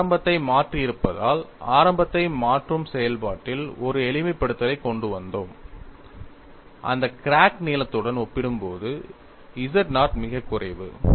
நாம் ஆரம்பத்தை மாற்றியிருப்பதால் ஆரம்பத்தை மாற்றும் செயல்பாட்டில் ஒரு எளிமைப்படுத்தலைக் கொண்டு வந்தோம் அந்த கிராக் நீளத்துடன் ஒப்பிடும்போது z0 மிகக் குறைவு